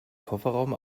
kofferraum